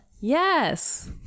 Yes